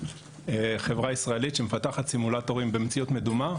חברה ישראלית שמפתחת סימולטורים במציאות מדינה,